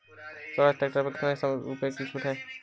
Swaraj tractor पर कितनी रुपये की छूट है?